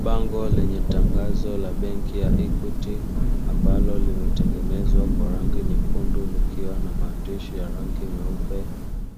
Bango lenye tangazo la benki ya "equity" ambalo limetengenezwa kwa rangi nyekundu likiwa na maandishi ya rangi meupe;